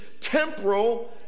temporal